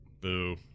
Boo